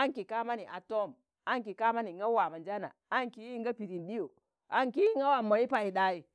aṇki kaa mani a tọọm, anki kamani ang̣a waamonjaana, anki yin ga pidin ɗiyo, anki yin nga waam mọ yi Paiɗai.